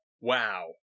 Wow